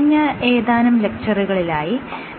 കഴിഞ്ഞ ഏതാനും ലെക്ച്ചറുകളിലായി